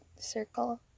circle